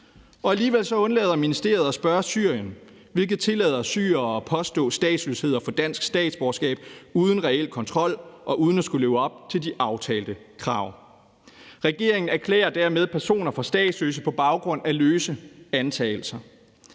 Og alligevel undlader ministeriet at spørge Syrien, hvilket tillader syrere at påstå statsløshed og få dansk statsborgerskab uden reel kontrol og uden at skulle leve op til de aftalte krav. Regeringen erklærer dermed personer for statsløse på baggrund af løse antagelser.